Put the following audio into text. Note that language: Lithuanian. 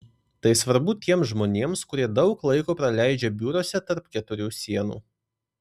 tai svarbu tiems žmonėms kurie daug laiko praleidžia biuruose tarp keturių sienų